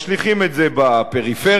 משליכים את זה בפריפריה,